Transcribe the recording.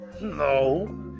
No